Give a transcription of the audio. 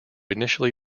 initially